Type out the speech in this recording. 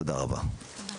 תודה רבה.